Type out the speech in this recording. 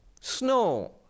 Snow